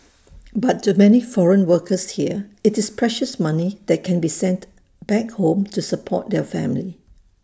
but to many foreign workers here it's precious money that can be sent back home to support their family